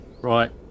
right